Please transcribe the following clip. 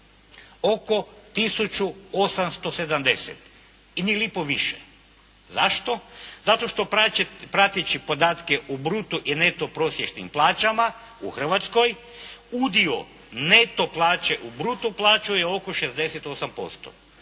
870 kuna i ni lipu više. Zašto? Zato što prateći podatke o bruto i neto prosječnim plaćama u Hrvatskoj udio neto plaće u bruto plaću je oko 68%